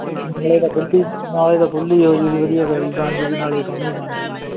ਨਾਲੇ ਤਾਂ ਖੁੱਲ੍ਹੀ ਹੋਜੂਗੀ ਵਧੀਆ ਗਲੀ ਬਣਜੁਗੀ ਨਾਲੇ ਸੋਹਣੀ ਬਣਜੂਗੀ ਜੀ